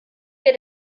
wir